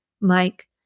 Mike